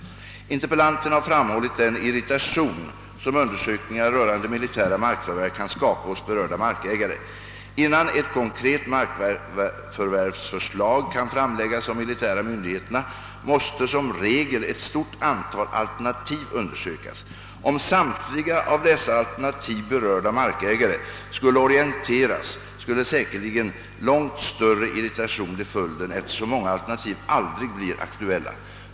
Interpellanten har framhållit den irritation som undersökningar rörande militära markförvärv kan skapa hos berörda markägare, Innan ett konkret markförvärvsförslag kan framläggas av de militära myndigheterna måste som regel ett stort antal alternativ undersökas. Om samtliga av dessa alternativ berörda markägare skulle orienteras skulle säkerligen långt större irritation bli följden eftersom många alternativ aldrig blir aktuella.